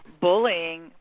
bullying